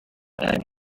add